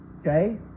okay